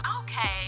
Okay